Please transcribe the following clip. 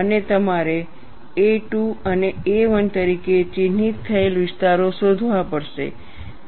અને તમારે A 2 અને A 1 તરીકે ચિહ્નિત થયેલ વિસ્તારો શોધવા પડશે